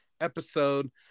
episode